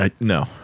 No